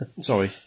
sorry